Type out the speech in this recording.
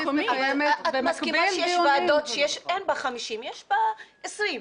את מסכימה איתי שיש ועדות שאין בהן 50 אלא 20,